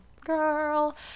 Girl